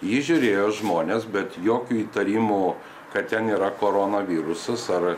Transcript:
jį žiūrėjo žmonės bet jokių įtarimų kad ten yra koronavirusas ar